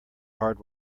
hard